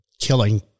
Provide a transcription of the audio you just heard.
killing